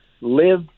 live